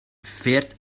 fährt